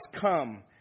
come